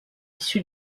issu